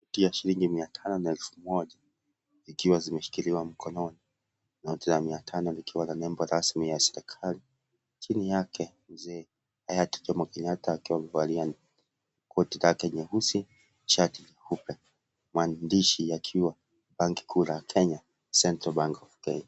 Noti ya shilingi mia tano na elfu moja zikiwa zimeshikiliwa mkononi, noti ya mia tano likiwa na nembo rasmi ya serikali, chini yake mzee hayati Jomo Kenyatta akiwa amevalia koti lake nyeusi, shati nyeupe, maandishi yakiwa benki kuu la Kenya (cs)Central Bank of Kenya(cs).